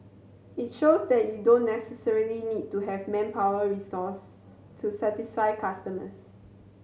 it shows that you don't necessarily need to have manpower resource to satisfy customers